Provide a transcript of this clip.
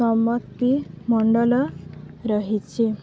ସପ୍ତର୍ଷି ମଣ୍ଡଳ ରହିଛି